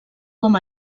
com